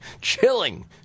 Chilling